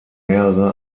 mehrere